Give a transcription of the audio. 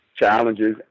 Challenges